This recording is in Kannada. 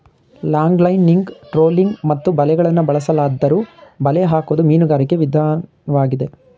ಲಾಂಗ್ಲೈನಿಂಗ್ ಟ್ರೋಲಿಂಗ್ ಮತ್ತು ಬಲೆಗಳನ್ನು ಬಳಸಲಾದ್ದರೂ ಬಲೆ ಹಾಕೋದು ಮೀನುಗಾರಿಕೆ ವಿದನ್ವಾಗಿದೆ